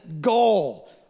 goal